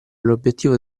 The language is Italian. l’obiettivo